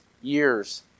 years